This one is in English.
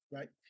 Right